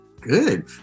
good